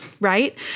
right